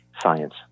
science